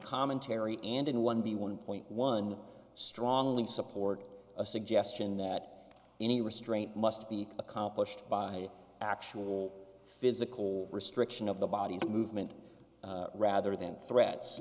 commentary and in one the one point one strongly support a suggestion that any restraint must be accomplished by actual physical restriction of the body movement rather than threats